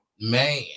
Man